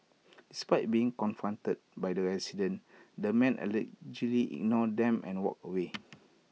despite being confronted by the residents the man allegedly ignored them and walked away